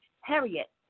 Harriet